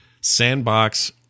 sandbox